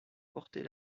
porter